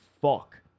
fuck